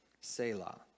Selah